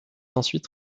ensuite